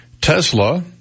Tesla